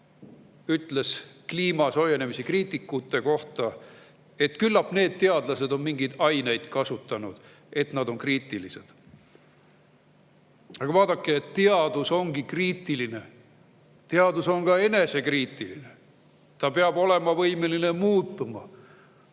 ütles kliima soojenemise kriitikute kohta, et küllap need teadlased on mingeid aineid kasutanud, et nad on kriitilised. Aga vaadake, teadus ongi kriitiline. Teadus on ka enesekriitiline, ta peab olema võimeline muutuma.